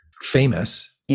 famous